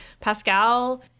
Pascal